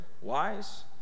wise